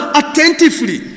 attentively